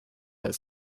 high